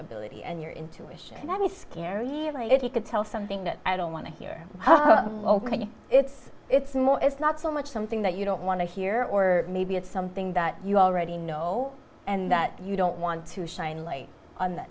ability and your intuition not me scary as if you could tell something that i don't want to hear it's it's more it's not so much something that you don't want to hear or maybe it's something that you already know and that you don't want to shine light on th